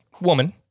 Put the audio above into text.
woman